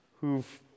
who've